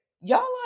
Y'all